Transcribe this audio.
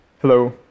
Hello